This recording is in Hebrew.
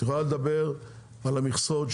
את יכולה לדבר על המכסות,